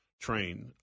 train